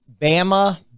Bama –